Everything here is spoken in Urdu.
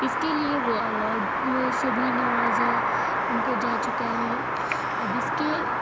اس کے لیے وہ اوارڈ سے بھی نوازا ان کو جا چکا ہے اب اس کے